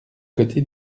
côté